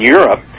Europe